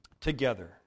together